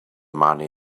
money